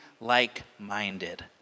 like-minded